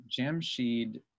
Jamshed